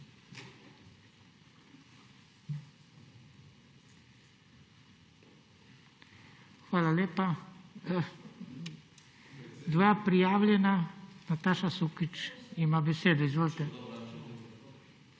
Hvala lepa. Dva prijavljena. Nataša Sukič ima besedo. Izvolite.